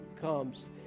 comes